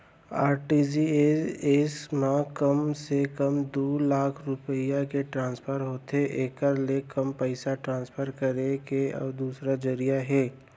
RTGS म कम से कम दू लाख रूपिया के ट्रांसफर होथे एकर ले कम पइसा ट्रांसफर करे के अउ दूसर जरिया हे